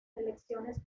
elecciones